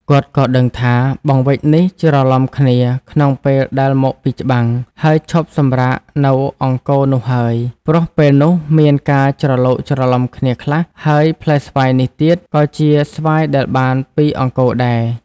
គាត់ក៏ដឹងថា បង្វេចនេះច្រឡំគ្នាក្នុងពេលដែលមកពីច្បាំង ហើយឈប់សម្រាកនៅអង្គរនោះហើយ ព្រោះពេលនោះមានការច្រឡូកច្រឡំខ្លះ ហើយផ្លែស្វាយនេះទៀត ក៏ជាស្វាយដែលបានពីអង្គរដែរ។